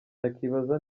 akibaza